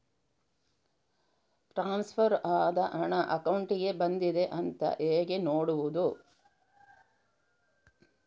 Transfer ಆದ ಹಣ ಅಕೌಂಟಿಗೆ ಬಂದಿದೆ ಅಂತ ಹೇಗೆ ನೋಡುವುದು?